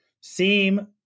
seem